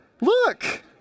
Look